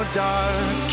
dark